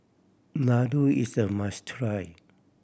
laddu is a must try